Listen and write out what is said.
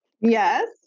Yes